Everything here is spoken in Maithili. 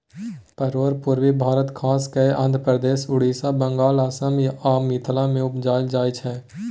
परोर पुर्वी भारत खास कय आंध्रप्रदेश, उड़ीसा, बंगाल, असम आ मिथिला मे उपजाएल जाइ छै